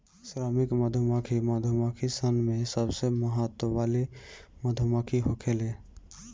श्रमिक मधुमक्खी मधुमक्खी सन में सबसे महत्व वाली मधुमक्खी होखेले